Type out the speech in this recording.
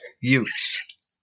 Utes